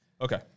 Okay